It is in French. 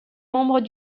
membre